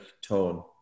tone